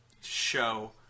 show